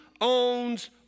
owns